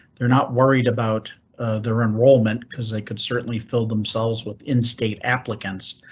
they're not worried about their enrollment, cause they could certainly fill themselves with in state applicants,